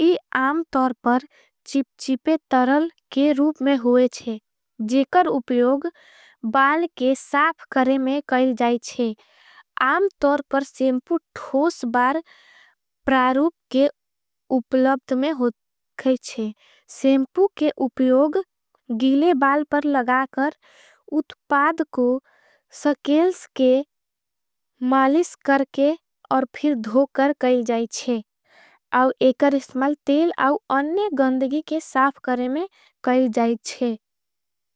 इ आम तोर। पर चिप चिपे तरल के रूप में होईच्छे जे कर उपयोग। बाल के साफ करे में कईल जाईच्छे आम तोर पर सेंपु। ठोस बार प्रारूप के उपलब्द में होगईच्छे सेंपु के उपयोग। गीले बाल पर लगाकर उत्पाद को सकेल्स के मालिस। करके और फिर धोकर काईल जाईच्छे आव एक रिस्मल। तेल और अन्य गंदगी के साफ करे में काईल जाईच्छे।